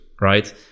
right